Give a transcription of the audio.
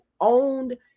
owned